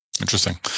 Interesting